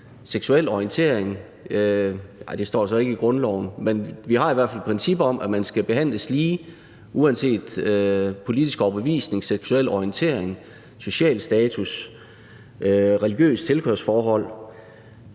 seksuel orientering – nej, det står der så ikke i grundloven, men vi har i hvert fald et princip om, at man skal behandles lige uanset politisk overbevisning, seksuel orientering, social status og religiøst tilhørsforhold,